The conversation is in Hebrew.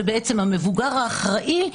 שהיא בעצם המבוגר האחראי,